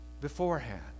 beforehand